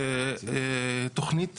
תוכנית